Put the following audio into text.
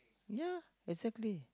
ya exactly